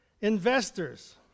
Investors